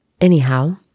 Anyhow